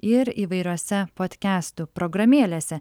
ir įvairiose podkestų programėlėse